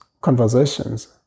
conversations